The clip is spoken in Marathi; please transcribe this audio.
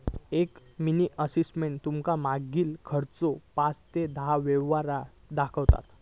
एक मिनी स्टेटमेंट तुमका मागील खर्चाचो पाच ते दहा व्यवहार दाखवता